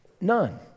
None